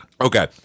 okay